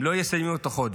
הם לא יסיימו את החודש.